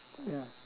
ya